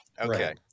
Okay